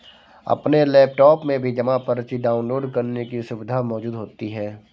अपने लैपटाप में भी जमा पर्ची डाउनलोड करने की सुविधा मौजूद होती है